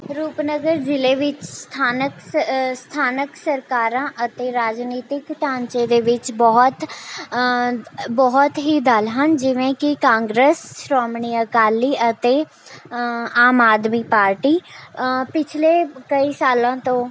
ਰੂਪਨਗਰ ਜ਼ਿਲ੍ਹੇ ਵਿੱਚ ਸਥਾਨਕ ਸਥਾਨਕ ਸਰਕਾਰਾਂ ਅਤੇ ਰਾਜਨੀਤਿਕ ਢਾਂਚੇ ਦੇ ਵਿੱਚ ਬਹੁਤ ਬਹੁਤ ਹੀ ਦਲ ਹਨ ਜਿਵੇਂ ਕਿ ਕਾਂਗਰਸ ਸ਼੍ਰੋਮਣੀ ਅਕਾਲੀ ਅਤੇ ਆਮ ਆਦਮੀ ਪਾਰਟੀ ਪਿਛਲੇ ਕਈ ਸਾਲਾਂ ਤੋਂ